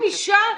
אין אישה?